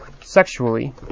sexually